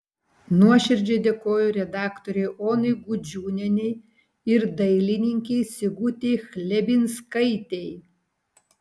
nuoširdžiai dėkoju redaktorei onai gudžiūnienei ir dailininkei sigutei chlebinskaitei